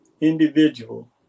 individual